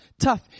tough